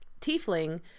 tiefling